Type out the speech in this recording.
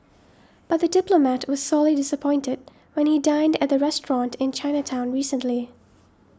but the diplomat was sorely disappointed when he dined at the restaurant in Chinatown recently